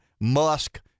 Musk